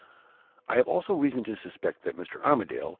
i have also reason to suspect that mr. armadale,